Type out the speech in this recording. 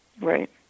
right